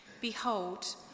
Behold